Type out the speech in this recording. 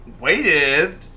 waited